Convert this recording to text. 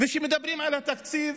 כשמדברים על התקציב